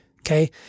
Okay